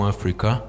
Africa